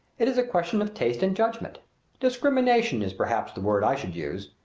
it is a question of taste and judgment discrimination is perhaps the word i should use.